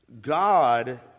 God